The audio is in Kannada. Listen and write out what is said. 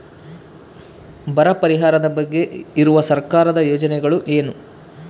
ಬರ ಪರಿಹಾರದ ಬಗ್ಗೆ ಇರುವ ಸರ್ಕಾರದ ಯೋಜನೆಗಳು ಏನು?